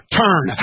turn